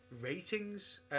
ratings